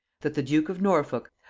that the duke of norfolk,